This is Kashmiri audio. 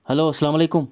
ہیلو اسلام علیکُم